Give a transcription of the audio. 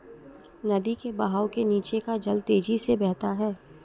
नदी के बहाव के नीचे का जल तेजी से बहता है